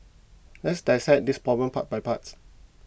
let's dissect this problem part by part